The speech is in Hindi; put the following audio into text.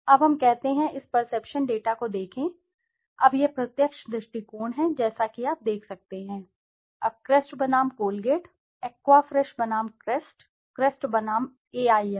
अब हम कहते हैं इस परसेप्शन डेटा को देखें अब यह प्रत्यक्ष दृष्टिकोण है जैसा कि आप देख सकते हैं अब क्रेस्ट बनाम कोलगेट एक्वा फ्रेश बनाम क्रेस्ट क्रेस्ट बनाम एआईएम